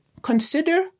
consider